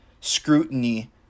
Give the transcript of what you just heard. scrutiny